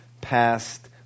past